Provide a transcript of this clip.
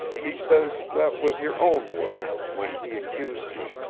he says that was your own word. when he accused you.